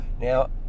Now